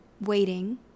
waiting